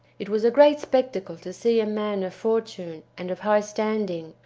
it was a great spectacle to see a man of fortune and of high standing,